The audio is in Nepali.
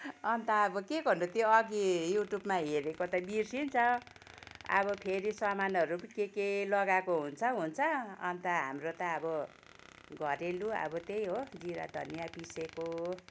अन्त अब के गर्नु त्यो अघि युट्युबमा हेरेको त बिर्सिन्छ अब फेरि सामानहरू पनि के के लगाएको हुन्छ हुन्छ अन्त हाम्रो त अब घरेलु अब त्यही हो जिरा धनियाँ पिसेको